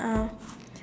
uh